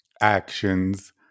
actions